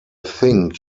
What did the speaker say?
think